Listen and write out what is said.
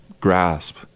grasp